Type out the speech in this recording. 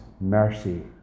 mercy